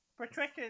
Patricia